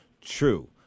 True